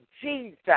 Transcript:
Jesus